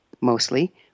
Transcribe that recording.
Mostly